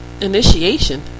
Initiation